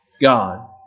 God